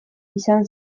izan